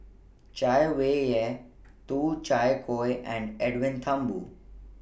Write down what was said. Chay Weng Yew and Edwin Thumboo